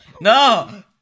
no